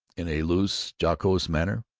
in a loose, jocose manner,